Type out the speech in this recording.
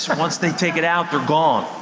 so once they take it out, they're gone.